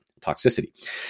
toxicity